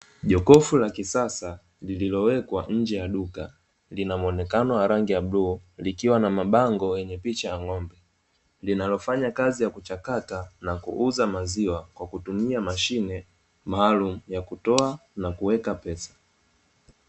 Jokofu la kisasa lililowekwa nje ya duka, linamuonekano wa rangi ya bluu likiwa na mabango yenye picha ya ng'ombe, linalofanya kazi ya kuchakata na kuuza maziwa kwa kutumia mashine maalumu ya kutoa na kuweka pesa.